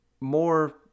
more